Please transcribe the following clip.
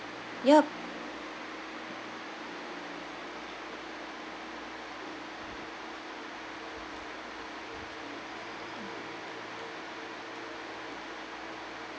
yup